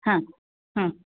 हां हां